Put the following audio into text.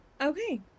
Okay